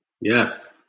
Yes